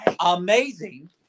amazing